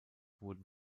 wurden